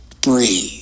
breathe